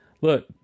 look